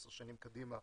10 שנים קדימה,